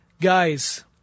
Guys